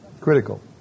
Critical